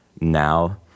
now